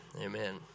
amen